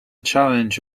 challenge